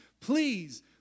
please